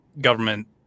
government